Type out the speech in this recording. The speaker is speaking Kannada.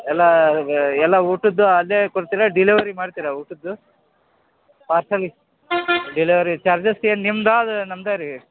ಎಲ್ಲಾ ಎಲ್ಲ ಊಟದ್ದು ಅದೇ ಕೊಡ್ತೀರಾ ಡಿಲೆವರಿ ಮಾಡ್ತಿರಾ ಊಟದ್ದು ಪಾರ್ಸಲ್ ಡಿಲೆವರಿ ಚಾರ್ಜಸ್ ಏನು ನಿಮ್ಮದಾ ಅದು ನಮ್ಮದಾ ರೀ